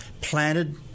planted